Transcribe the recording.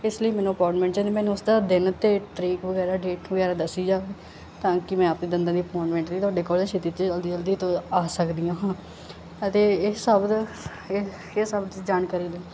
ਇਸ ਲਈ ਮੈਨੂੰ ਅਪੋਇੰਟਮੈਂਟ ਚਾਹੀਦਾ ਮੈਨੂੰ ਉਸਦਾ ਦਿਨ 'ਤੇ ਤਰੀਕ ਵਗੈਰਾ ਡੇਟ ਵਗੈਰਾ ਦੱਸੀ ਜਾਵੇ ਤਾਂ ਕਿ ਮੈਂ ਆਪਣੇ ਦੰਦਾਂ ਦੀ ਅਪੋਟਮੈਂਟ ਲਈ ਤੁਹਾਡੇ ਕੋਲ ਛੇਤੀ ਜਲਦੀ ਤੋਂ ਜਲਦੀ ਤੋ ਆ ਸਕਦੀ ਹਾਂ ਹਾਂ ਅਤੇ ਇਹ ਸ਼ਬਦ ਇਹ ਸਭ 'ਚ ਜਾਣਕਾਰੀ ਲਈ